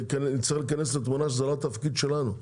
אנחנו נצטרך להיכנס לתמונה, וזה לא התפקיד שלנו.